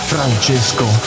Francesco